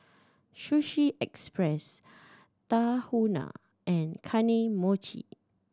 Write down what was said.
Sushi Express Tahuna and Kane Mochi